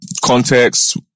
context